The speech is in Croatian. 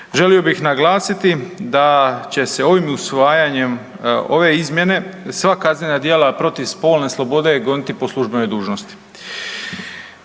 Želio bih naglasiti da će se ovim usvajanjem ove izmjene sva kaznena djela protiv spolne slobode goniti po službenoj dužnosti.